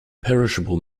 perishable